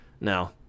No